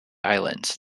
islands